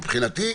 מבחינתי,